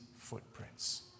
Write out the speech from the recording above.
footprints